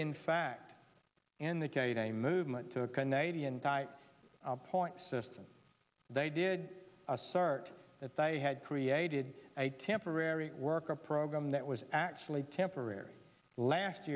in fact in the movement to a canadian tie point system they did assert that they had created a temporary worker program that was actually temporary last